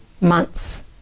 months